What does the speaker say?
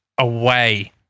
away